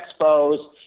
expos